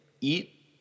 eat